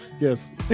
Yes